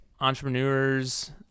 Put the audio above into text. entrepreneurs